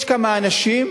יש כמה אנשים,